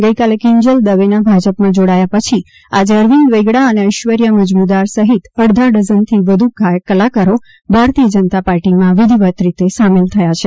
ગઇકાલે કિંજલ દવેના ભાજપમાં જોડાયા પછી આજે અરવિંદ વેગડા અને ઐશ્વર્યા મઝમુદાર સહિત અડધા ડઝનથી વધુ ગાયક કલાકારો ભારતીય જનતા પાર્ટીમાં વિધિવત રીતે સામેલ થયા છે